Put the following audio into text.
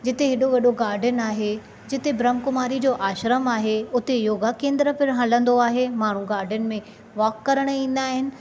जिथे हेॾो वॾो गार्डन आहे जिथे ब्रह्माकुमारीज़ जो आश्रम आहे उते योगा केंद्र फिर हलंदो आहे माण्हूं गार्डन में वॉक करण ईंदा आहिनि